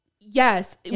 yes